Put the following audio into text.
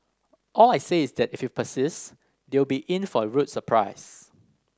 all I say is that if persist they will be in for a rude surprise